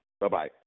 Bye-bye